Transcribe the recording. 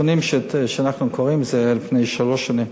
הנתונים שאנחנו קוראים הם מלפני שלוש שנים.